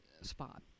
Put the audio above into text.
spot